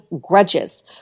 grudges